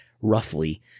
roughly